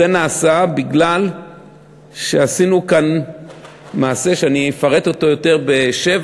זה נעשה כי עשינו כאן מעשה שאפרט אותו ב-19:00,